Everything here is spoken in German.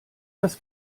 dass